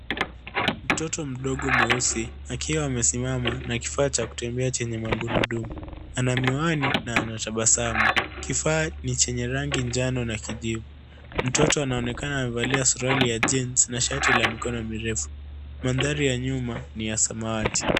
Mtoto mdogo mweusi akiwa amesimama na kifaa cha kutembea chenye magurudumu. Ana miwani na anatabasamu. Kifaa ni chenye rangi njano na kijivu. Mtoto anaonekana amevalia suruali ya jins na shati la mikono mirefu. Maanthari ya nyuma ni ya samawati.